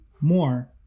more